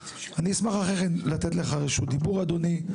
אני אשמח אחרי כן לתת לך רשות דיבור, אדוני,